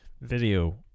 video